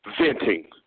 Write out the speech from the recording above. venting